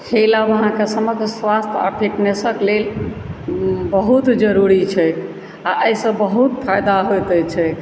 खेलब अहाँके सभक स्वास्थ्य आ फीटनेसक लेल बहुत जरूरी छै आ एहिसँ बहुत फायदा होइत छैक